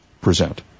present